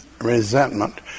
resentment